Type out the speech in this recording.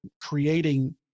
creating